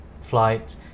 flight